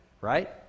right